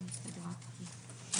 בשעה